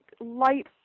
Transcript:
light